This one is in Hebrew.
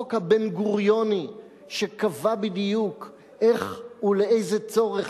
החוק הבן-גוריוני שקבע בדיוק איך ולאיזה צורך